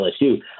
LSU